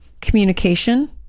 communication